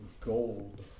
Gold